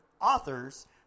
authors